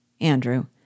Andrew